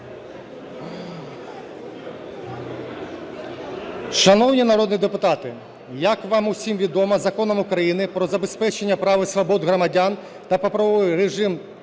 Шановні народні депутати, як вам усім відомо, Законом України "Про забезпечення прав і свобод громадян та правовий режим